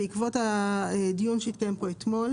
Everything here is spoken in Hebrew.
לעניין חובת בדיקה בכניסה בישראל ולעניין עוד